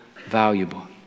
valuable